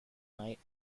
night